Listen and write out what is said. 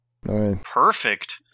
Perfect